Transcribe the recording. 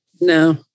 No